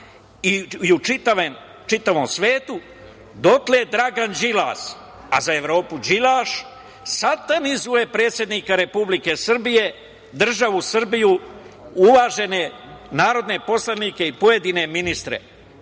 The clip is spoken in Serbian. i u čitavom svetu, dotle Dragan Đilas, a za Evropu Đilaš satanizuje predsednika Republike Srbije, državu Srbiju, uvažene narodne poslanike i pojedine ministre.